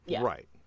Right